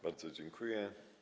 Bardzo dziękuję.